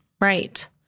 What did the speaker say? Right